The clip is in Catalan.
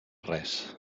res